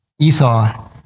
Esau